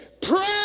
pray